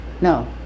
No